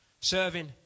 serving